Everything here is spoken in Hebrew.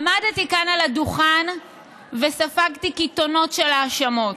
עמדתי כאן על הדוכן וספגתי קיתונות של האשמות.